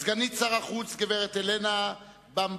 סגנית שר החוץ, גברת הלנה במבסובה,